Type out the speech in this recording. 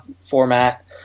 format